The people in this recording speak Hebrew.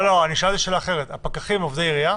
לא, שאלתי שאלה אחרת, הפקחים הם עובדי עירייה?